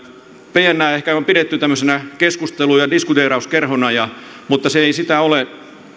pnää ehkä on pidetty tämmöisenä keskustelu ja diskuteerauskerhona mutta se ei sitä ole